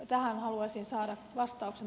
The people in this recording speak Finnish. tähän haluaisin saada vastauksen